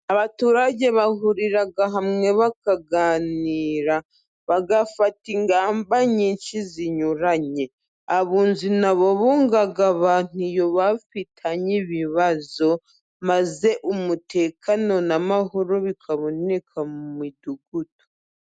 Abaturage bahurira hamwe bakaganira, bagafata ingamba nyinshi zinyuranye. Abunzi nabo bunga abantu iyo bafitanye ibibazo, maze umutekano n'amahoro bikaboneka mu midugudu.